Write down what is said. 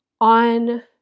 On